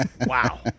Wow